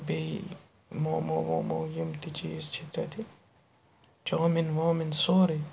بیٚیہِ مومو وومو یِم تہِ چیٖز چھِ تَتہِ چامِن وامِن سورُے